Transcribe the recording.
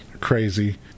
Crazy